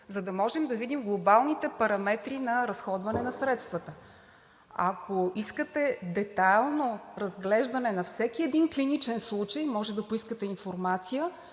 за да можем да видим глобалните параметри на разходване на средствата. Ако искате детайлно разглеждане на всеки един клиничен случай, като народен